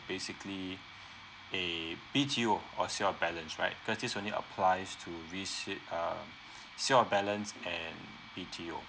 basically a B_T_O or balance right cause this only applies to resale err sale of balance and B_T_O